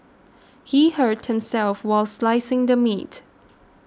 he hurt himself while slicing the meat